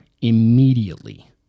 immediately